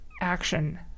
action